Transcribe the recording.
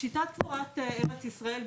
שיטת קבורת ארץ ישראל,